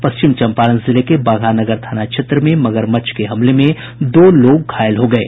पश्चिम चंपारण जिले के बगहा नगर थाना क्षेत्र में मगरमच्छ के हमले में दो लोग घायल हो गये